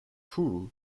foo